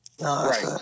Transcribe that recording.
Right